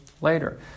later